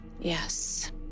Yes